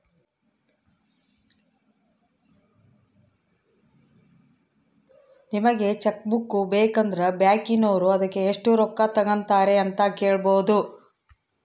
ನಿಮಗೆ cheque book ಬೇಕಂದ್ರ ಬ್ಯಾಕಿನೋರು ಅದಕ್ಕೆ ಎಷ್ಟು ರೊಕ್ಕ ತಂಗತಾರೆ ಅಂತ ಕೇಳಬೊದು